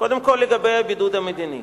קודם כול, לגבי הבידוד המדיני.